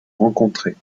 rencontrer